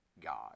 God